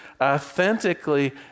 authentically